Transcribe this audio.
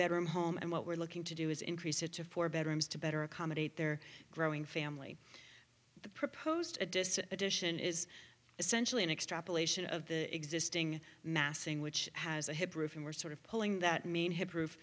bedroom home and what we're looking to do is increase it to four bedrooms to better accommodate their growing family the proposed a distance addition is essentially an extrapolation of the existing massing which has a hip roof and we're sort of pulling that mean hip roof